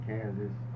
Kansas